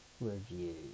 review